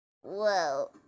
Whoa